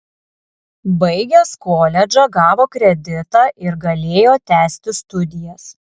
baigęs koledžą gavo kreditą ir galėjo tęsti studijas